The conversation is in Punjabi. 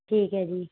ਠੀਕ ਹੈ ਜੀ